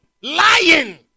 Lying